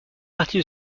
partie